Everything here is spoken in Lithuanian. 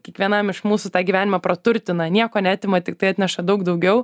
kiekvienam iš mūsų tą gyvenimą praturtina nieko neatima tiktai atneša daug daugiau